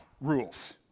rules